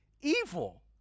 Evil